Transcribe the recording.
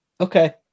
okay